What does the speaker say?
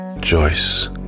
Joyce